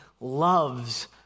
loves